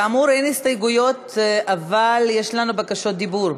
כאמור, אין הסתייגויות, אבל יש לנו בקשות דיבור.